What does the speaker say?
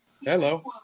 Hello